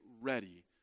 ready